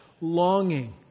longing